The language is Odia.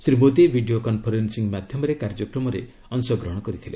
ଶ୍ରୀ ମୋଦି ଭିଡ଼ିଓ କନ୍ଫରେନ୍ସିଂ ମାଧ୍ୟମରେ କାର୍ଯ୍ୟକ୍ରମର ଅଂଶଗ୍ରହଣ କରିଛନ୍ତି